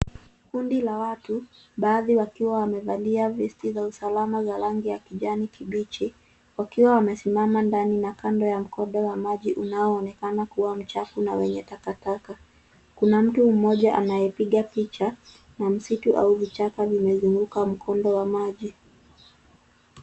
Kundi la watu baadhi wakiwa wamevalia vesti za usalama za rangi ya kijani kibichi wakiwa wamesimama ndani na kando ya mkondo wa maji unaoonekana kuwa mchafu na wenye takataka . Kuna mtu mmoja anayepiga picha na msitu au vichaka vime zunguka mkondo wa maji.